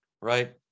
right